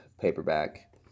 paperback